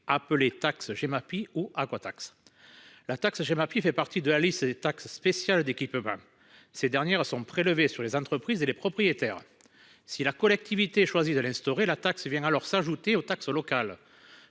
appelée taxe Gemapi ou aquataxe. La taxe Gemapi fait partie de la liste des taxes spéciales d'équipement (TSE). Ces dernières sont prélevées sur les entreprises et les propriétaires. Si la collectivité choisit de l'instaurer, la taxe vient ainsi s'ajouter aux taxes locales.